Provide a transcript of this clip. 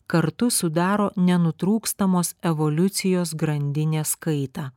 kartu sudaro nenutrūkstamos evoliucijos grandinės kaitą